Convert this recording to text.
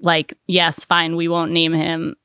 like, yes, fine, we won't name him